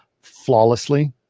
flawlessly